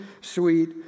sweet